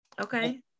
Okay